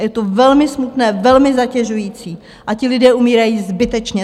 A je to velmi smutné, velmi zatěžující a ti lidé umírají zbytečně.